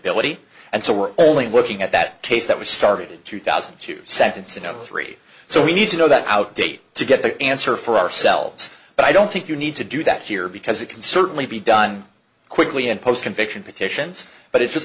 extendibility and so we're only looking at that case that was started in two thousand and two seconds you know three so we need to know that out date to get the answer for ourselves but i don't think you need to do that here because it can certainly be done quickly and post conviction petitions but it's just